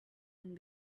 and